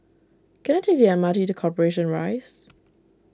can I take the M R T to Corporation Rise